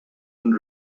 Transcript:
and